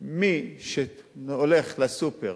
מי שהולך לסופר